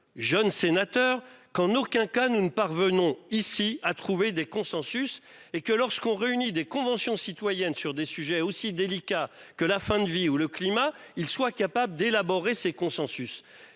jeune sénateur qu'en aucun cas nous ne parvenons ici à trouver des consensus et que lorsqu'on réunit des conventions citoyennes sur des sujets aussi délicats que la fin de vie ou le climat, ils soient capables d'élaborer ces consensus,